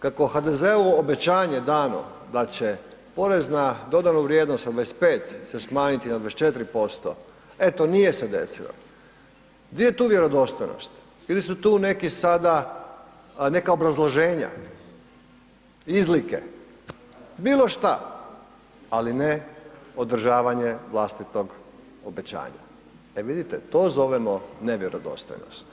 kako HDZ-ovo obećanje dano da će PDV sa 25 se smanjiti na 24% eto nije se desio, di je tu vjerodostojnost ili su tu neki sada, neka obrazloženja, izlike, bilo šta, ali ne održavanje vlastitog obećanja, e vidite to zovemo nevjerodostojnost.